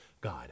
god